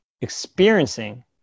experiencing